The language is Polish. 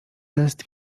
test